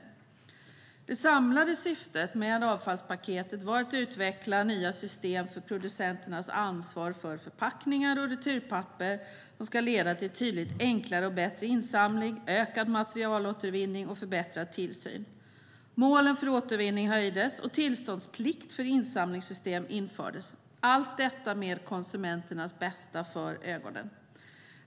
Det samlade syftet med avfallspaketet var att utveckla nya system för producenternas ansvar för förpackningar och returpapper, som ska leda till tydligt enklare och bättre insamling, ökad materialåtervinning och förbättrad tillsyn. Målen för återvinning höjdes, och tillståndsplikt för insamlingssystem infördes - allt detta med konsumenternas bästa för ögonen.